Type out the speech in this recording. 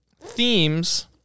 themes